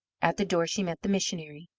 at the door she met the missionary.